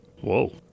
Whoa